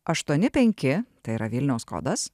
aštuoni penki tai yra vilniaus kodas